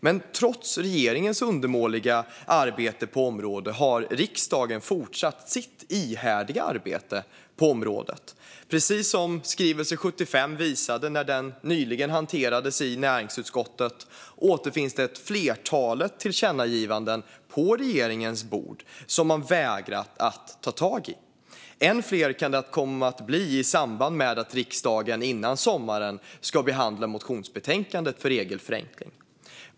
Men trots regeringens undermåliga arbete på området har riksdagen fortsatt sitt ihärdiga arbete på området. Precis som skrivelse 75 visade när den nyligen hanterades i näringsutskottet återfinns flertalet tillkännagivanden på regeringens bord som man har vägrat att ta tag i. Än fler kan det komma att bli i samband med att riksdagen innan sommaren kommer ska behandla motionsbetänkandet rörande regelförenkling.